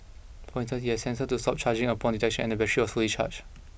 for instance it had a sensor to stop charging upon detection and the battery was fully charged